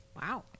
Wow